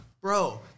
Bro